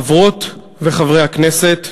חברות וחברי הכנסת,